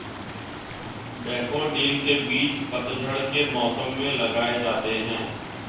daffodil के बीज पतझड़ के मौसम में लगाए जाते हैं